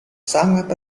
sangat